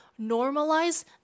normalize